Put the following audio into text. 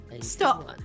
stop